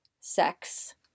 sex